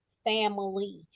family